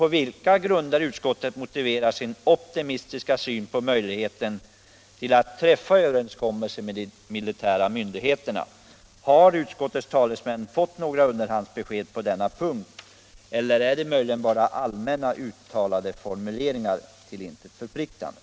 På vilka grunder bygger utskottet sin optimistiska syn på möjligheten att träffa överenskommelse med de militära myndigheterna? Har utskottet fått några underhandsbesked, eller är det bara allmänna formuleringar, till intet förpliktande?